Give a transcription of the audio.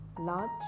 large